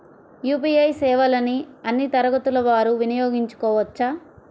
UPI సేవలని అన్నీ తరగతుల వారు వినయోగించుకోవచ్చా?